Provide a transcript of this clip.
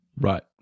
Right